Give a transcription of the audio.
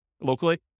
locally